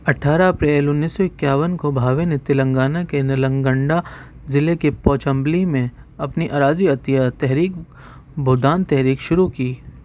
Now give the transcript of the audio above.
اٹھارہ اپریل انیس سو اکیاون کو بھاوے نے تلنگانہ کے نلنگنڈا ضلعے کے پوچمپلی میں اپنی اراضی عطیہ تحریک بھودان تحریک شروع کی